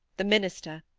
the minister,